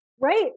Right